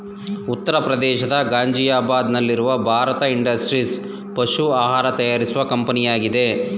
ಉತ್ತರ ಪ್ರದೇಶದ ಗಾಜಿಯಾಬಾದ್ ನಲ್ಲಿರುವ ಭಾರತ್ ಇಂಡಸ್ಟ್ರೀಸ್ ಪಶು ಆಹಾರ ತಯಾರಿಸುವ ಕಂಪನಿಯಾಗಿದೆ